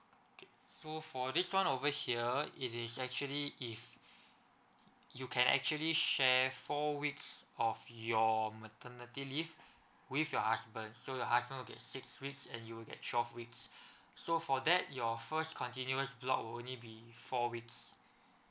okay so for this one over here it is actually if you can actually share four weeks of your maternity leave with your husband so your husband will get six weeks and you'll get twelve weeks so for that your first continuous block will only be four weeks